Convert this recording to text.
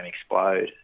explode